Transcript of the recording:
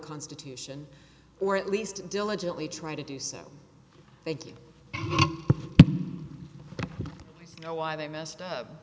constitution or at least diligently try to do so thank you you know why they missed